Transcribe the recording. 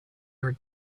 your